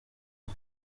aha